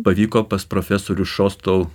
pavyko pas profesorių šostau